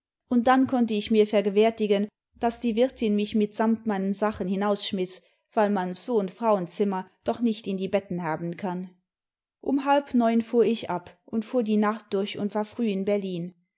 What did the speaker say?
und dann konnte ich mir vergewärtigen daß die wirtin mich mitsamt meinen sachen hinausschmiß weil man so n frauenzimmer doch nicht in die betten haben kann um halb neim fuhr ich ab und fuhr die nacht durch imd war früh in berlin